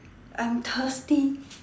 I'm thirsty